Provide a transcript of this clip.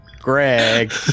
Greg